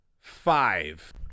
five